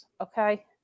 Okay